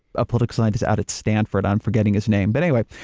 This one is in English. a political scientist out at stanford, i'm forgetting his name, but anyway,